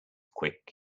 quick